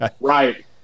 Right